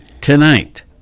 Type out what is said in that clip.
tonight